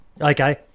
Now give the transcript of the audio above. Okay